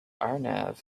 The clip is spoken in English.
arnav